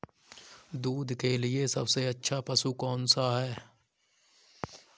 दूध के लिए सबसे अच्छा पशु कौनसा है?